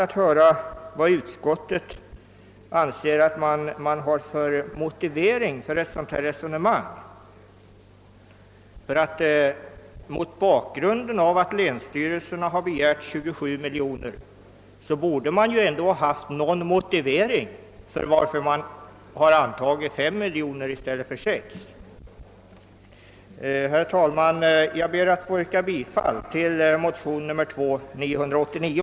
Det vore intressant att höra utskottets motivering för ett sådant resonemang. Mot bakgrund av att länsstyrelserna har begärt 27 miljoner kronor borde ju utskottet ändå ha någon motivering för att säga ja till 5 miljoner men nej till 6 miljoner. Herr talman! Jag yrkar bifall till motionen II: 989.